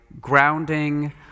grounding